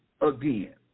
again